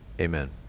amen